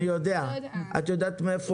אני יודע תמונת מצב.